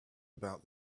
about